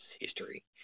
history